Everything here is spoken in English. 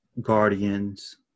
guardians